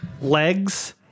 legs